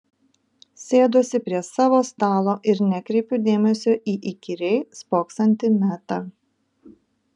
sėduosi prie savo stalo ir nekreipiu dėmesio į įkyriai spoksantį metą